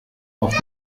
auf